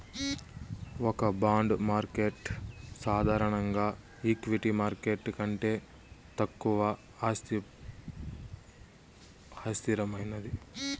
ఒక bond market సాధారణంగా equity market కంటే తక్కువ అస్థిరమైనది